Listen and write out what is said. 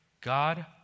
God